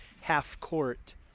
half-court